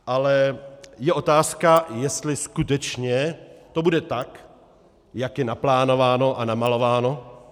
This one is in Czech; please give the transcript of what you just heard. Ale je otázka, jestli skutečně to bude tak, jak je naplánováno a namalováno.